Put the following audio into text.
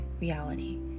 reality